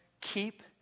keep